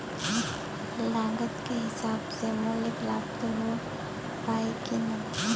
लागत के हिसाब से मूल्य प्राप्त हो पायी की ना?